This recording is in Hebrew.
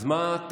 אז מה התכלית?